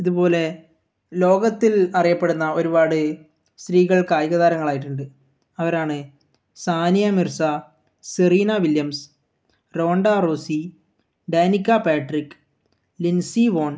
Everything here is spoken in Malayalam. ഇതുപോലെ ലോകത്തിൽ അറിയപ്പെടുന്ന ഒരുപാട് സ്ത്രീകൾ കായിക താരങ്ങളായിട്ടുണ്ട് അവരാണ് Sania Mirza Serena Williams Ronda Rousey Danica Patrick Lindsey von